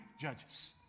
judges